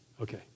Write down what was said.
Okay